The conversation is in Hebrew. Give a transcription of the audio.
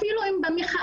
אפילו אם במחאה,